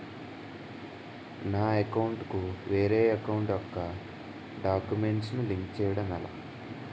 నా అకౌంట్ కు వేరే అకౌంట్ ఒక గడాక్యుమెంట్స్ ను లింక్ చేయడం ఎలా?